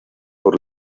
por